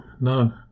no